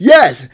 Yes